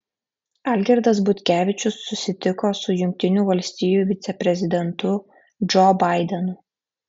algirdas butkevičius susitiko su jungtinių valstijų viceprezidentu džo baidenu